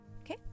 Okay